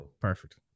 perfect